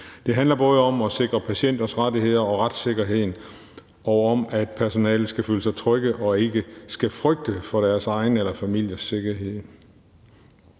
Det handler både om at sikre patienters rettigheder og retssikkerheden og om, at personalet skal føle sig trygge og ikke skal frygte for deres egen eller deres families sikkerhed.